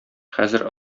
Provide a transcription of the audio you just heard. хәзер